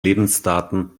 lebensdaten